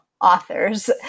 authors